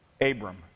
Abram